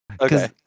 Okay